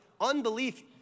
unbelief